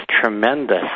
tremendous